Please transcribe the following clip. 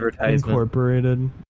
Incorporated